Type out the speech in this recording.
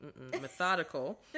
methodical